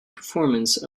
performance